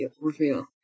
reveal